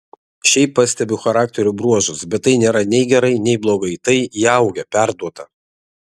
šiaip pastebiu charakterio bruožus bet tai nėra nei gerai nei blogai tai įaugę perduota